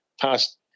past